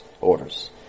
orders